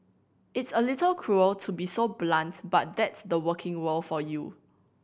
it's a little cruel to be so blunt but that's the working world for you